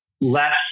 less